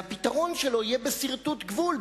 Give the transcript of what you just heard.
והפתרון שלו יהיה בסרטוט גבול,